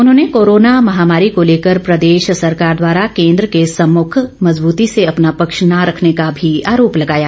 उन्होंने कोरोना महामारी को लेकर प्रदेश सरकार द्वारा केंद्र के समुख मजबूती से अपना पक्ष न रखने का भी आरोप लगाया